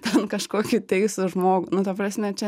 ten kažkokį teisų žmogų nu ta prasme čia